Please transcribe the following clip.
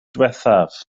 diwethaf